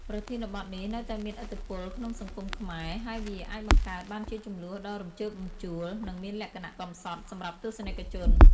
ប្រធានបទនេះនៅតែមានឥទ្ធិពលក្នុងសង្គមខ្មែរ ហើយវាអាចបង្កើតបានជាជម្លោះដ៏រំជើបរំជួល និងមានលក្ខណៈកំសត់សម្រាប់ទស្សនិកជន។